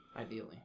Ideally